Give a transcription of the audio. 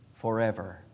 forever